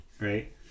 right